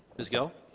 ms. gill?